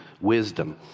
wisdom